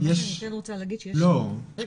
אני